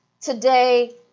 today